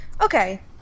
Okay